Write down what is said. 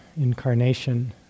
incarnation